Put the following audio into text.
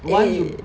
eh